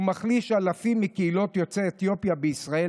הוא מחליש אלפים מקהילות יוצאי אתיופיה בישראל